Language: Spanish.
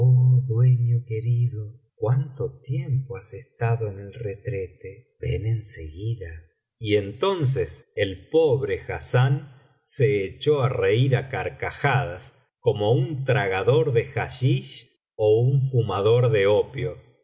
dueño querido cuánto tiempo has estado en el retrete ven en seguida y entonces el pobre hassán se echó á reir á carcajadas como un tragador de haschich ó un fumador de opio y